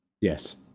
Yes